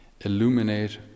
illuminate